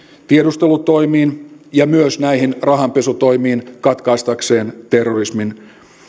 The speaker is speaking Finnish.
tiedustelutoimiin ja myös näihin rahanpesutoimiin katkaistakseen terrorismin